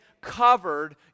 covered